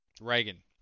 Reagan